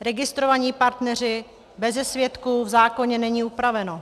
Registrovaní partneři beze svědků, v zákoně není upraveno.